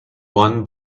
won